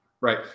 right